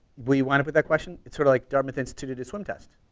we wind up with that question, it's sort of like dartmouth instituted a swim test.